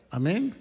amen